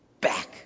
back